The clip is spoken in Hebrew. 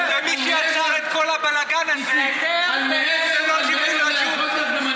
ומי שיצר את כל הבלגן הזה זה לא ג'יבריל רג'וב.